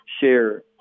share